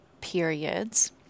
periods